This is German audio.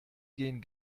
gehen